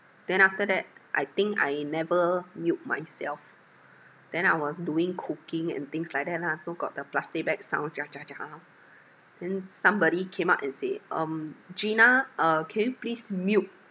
then after that I think I never mute myself then I was doing cooking and things like that lah so got the plastic bag sound then somebody came up and say um gina uh can you please mute